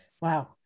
Wow